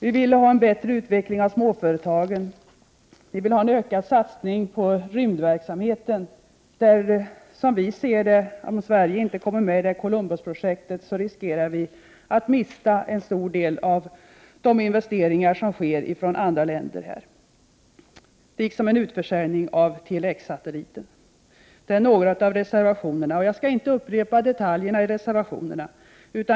Vi vill också ha en bättre utveckling av småföretagen och en ökad satsning på rymdverksamheten. Om Sverige inte kommer med i Columbusprojektet, riskerar vi — som vi i folkpartiet ser saken — att gå miste om en stor del av de investeringar som andra länder gör här. Dessutom vill vi ha en utförsäljning av Tele-X-satelliten. Ja, det var något om reservationerna. Jag skall inte upprepa detaljerna i dessa.